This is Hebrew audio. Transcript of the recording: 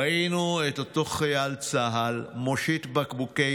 ראינו את אותו חייל צה"ל מושיט בקבוקי